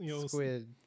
squid